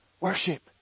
worship